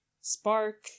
spark